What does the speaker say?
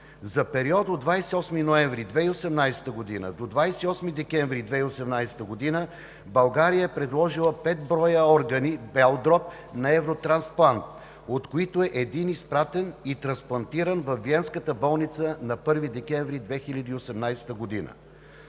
За периода от 28 ноември 2018 г. до 28 декември 2018 г. България е предложила пет броя органи – бял дроб на Евротрансплант, от които един е изпратен и е трансплантиран във Виенската болница на 1 декември 2018 г.